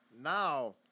now